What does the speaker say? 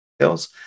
sales